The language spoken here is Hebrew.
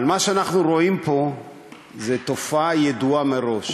אבל מה שאנחנו רואים פה זה תופעה ידועה מראש: